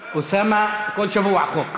אוסאמה, כל שבוע חוק.